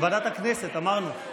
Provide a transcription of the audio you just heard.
ועדת הכנסת, אמרנו.